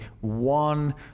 one